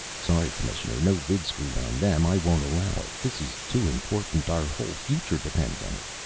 sorry, commissioner. no vidscreen on them. i won't allow it. this is too important. our whole future depends on it.